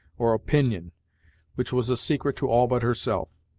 or opinion which was a secret to all but herself.